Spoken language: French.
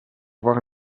voir